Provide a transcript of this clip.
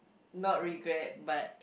not regret but